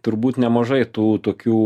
turbūt nemažai tų tokių